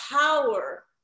power